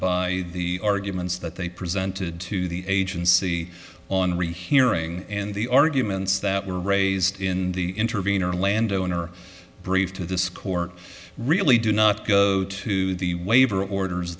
by the arguments that they presented to the agency on rehearing and the arguments that were raised in the intervenor landowner brief to this court really do not go to the waiver orders